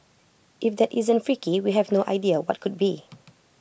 if that isn't freaky we have no idea what could be